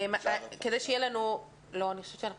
אשמח לשמוע את ד"ר זלצר, שהיא